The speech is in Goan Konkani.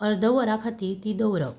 अर्द वरां खातीर ती दवरप